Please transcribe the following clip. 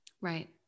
Right